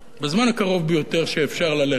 בזמן הקרוב ביותר שאפשר ללכת,